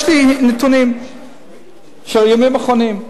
יש לי נתונים של הימים האחרונים.